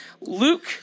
Luke